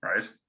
right